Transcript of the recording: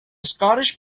scottish